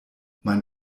mein